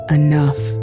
enough